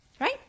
Right